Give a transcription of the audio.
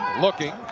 looking